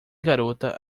garota